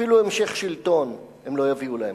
אפילו המשך שלטון הן לא יביאו להם.